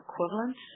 equivalent